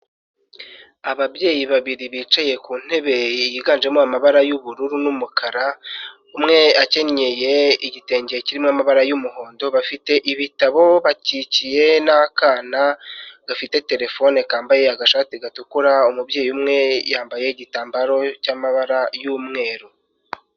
Ababyeyi babiri bicaye ku ntebe yiganjemo amabara y'ubururu n'umukara umwe akenyeye igitenge kirimo amabara y'umuhondo bafite ibitabo bakikiye n'akana gafite terefone kambaye agashati gatukura umubyeyi umwe yambaye igitambaro cyamabara y'umweru.